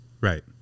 Right